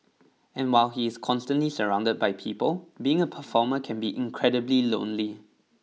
and while he is constantly surrounded by people being a performer can be incredibly lonely